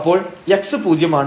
അപ്പോൾ x പൂജ്യമാണ്